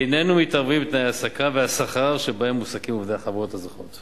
איננו מתערבים בתנאי ההעסקה והשכר שבהם מועסקים עובדי החברות הזוכות.